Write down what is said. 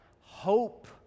hope